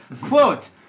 Quote